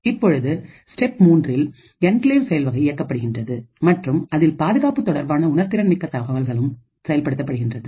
இப்பொழுது ஸ்டெப் மூன்றில் என்கிளேவ் செயல்வகை இயக்கப்படுகின்றது மற்றும் அதில் பாதுகாப்பு தொடர்பான உணர்திறன் மிக்க தகவல்களும் செயல்படுத்தப்படுகின்றது